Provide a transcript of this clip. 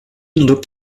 looked